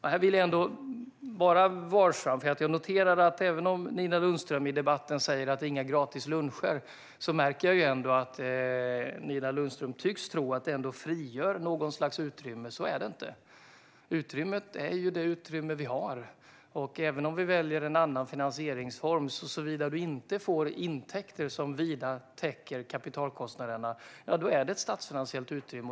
Här vill jag ändå vara varsam, för även om Nina Lundström i debatten säger att det inte blir några gratis luncher märker jag att hon ändå tycks tro att det frigör något slags utrymme. Så är det inte, utan vi har det utrymme vi har. Även om vi väljer en annan finansieringsform rör det sig, om du inte får intäkter som vida täcker kapitalkostnaderna, om ett statsfinansiellt utrymme.